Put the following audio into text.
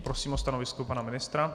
Prosím o stanovisko pana ministra.